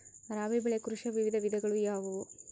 ರಾಬಿ ಬೆಳೆ ಕೃಷಿಯ ವಿವಿಧ ವಿಧಗಳು ಯಾವುವು?